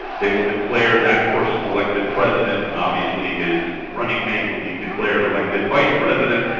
they will declare that person elected president and obviously his running mate will be declared elected vice president,